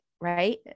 right